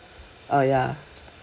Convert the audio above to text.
uh ya